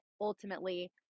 ultimately